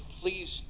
please